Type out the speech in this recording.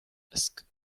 ask